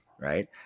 right